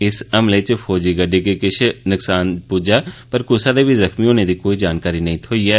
इस हमले च फौजी गड्डी गी किश नक्सान पुज्जा पर कुसै दे बी जख्मी होनें दी कोई जानकारी नेंई थ्होई ऐ